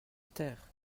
terre